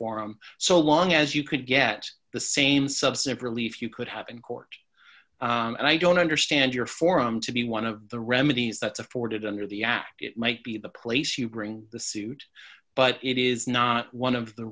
forum so long as you could get the same subset of relief you could have in court and i don't understand your forum to be one of the remedies that's afforded under the act it might be the place you bring the suit but it is not one of the